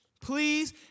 Please